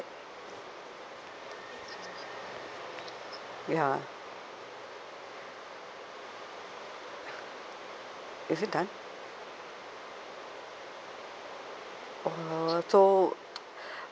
ya is it done uh so